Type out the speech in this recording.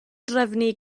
drefnu